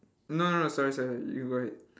no no sorry sorry you go ahead